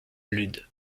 lude